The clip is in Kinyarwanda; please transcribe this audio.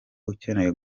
ukeneye